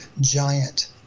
giant